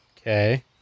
Okay